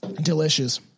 Delicious